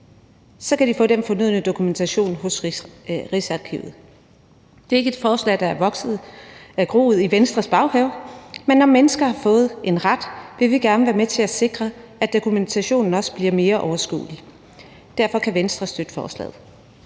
kan de få den fornødne dokumentation hos Rigsarkivet. Det er ikke et forslag, der er groet i Venstres baghave. Men når mennesker har fået en ret, vil vi gerne være med til at sikre, at dokumentationen også bliver mere overskuelig. Derfor kan Venstre støtte forslaget.